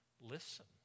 Listen